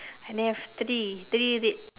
and they have three three clip